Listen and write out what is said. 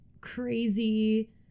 crazy